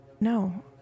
no